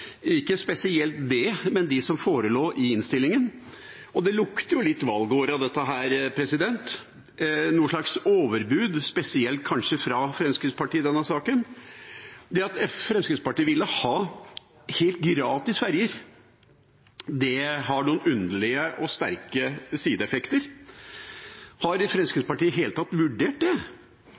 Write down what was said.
ikke spesielt dette, men de som forelå i innstillinga. Det lukter litt valgår av dette, en slags overbud, kanskje spesielt fra Fremskrittspartiet, i denne saken. Det at Fremskrittspartiet ville ha helt gratis ferjer, har noen underlige og sterke sideeffekter. Har Fremskrittspartiet i det hele tatt vurdert det?